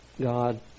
God